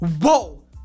whoa